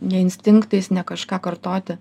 ne instinktais ne kažką kartoti